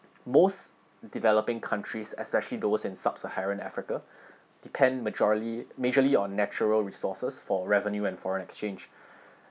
most developing countries especially those in sub-saharan africa depend majorly on natural resources for revenue and foreign exchange